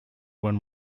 when